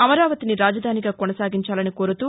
అమరావతిని రాజధానిగా కొనసాగించాలని కోరుతూ